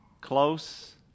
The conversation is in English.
Close